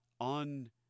on